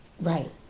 Right